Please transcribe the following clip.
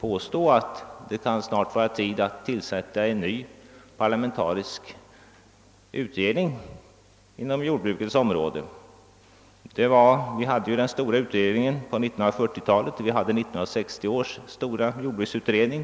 påstå att det snart kan vara tid att tillsätta en ny parlamentarisk utredning inom jordbrukets område. Vi har haft den stora utredningen på 1940-talet och 1960 års stora jordbruksutredning.